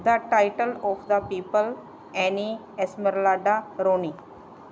the title of the people Annie Esmeralda Ronnie